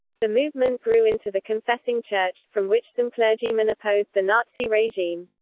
the movement grew into the confessing church, from which some clergymen opposed the nazi regime.